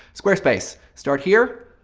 squarespace, start here,